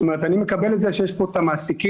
אני מקבל את זה שיש פה את המעסיקים,